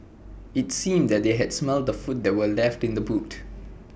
IT seemed that they had smelt the food that were left in the boot